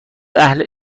اهل